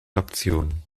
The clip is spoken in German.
optionen